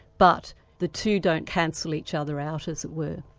but the two don't cancel each other out, as it were.